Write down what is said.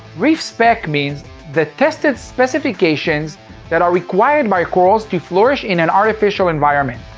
reef-spec means the tested specifications that are required by corals to flourish in an artificial environment,